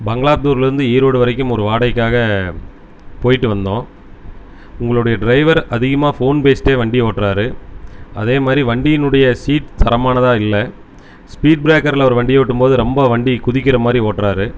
பங்ளாப்பூர்லருந்து ஈரோடு வரைக்கும் ஒரு வாடகைக்காக போய்ட்டு வந்தோம் உங்களுடைய டிரைவர் அதிகமாக ஃபோன் பேசிகிட்டே வண்டி ஓட்டுறாரு அதே மாதிரி வண்டியினுடைய சீட் தரமானதாக இல்லை ஸ்பீட் பிரேக்கரில் அவர் வண்டியை ஓட்டும் போது ரொம்ப வண்டி குதிக்கிற மாதிரி ஓட்டுறாரு